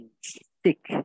stick